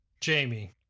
Jamie